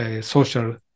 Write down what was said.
social